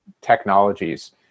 technologies